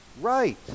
Right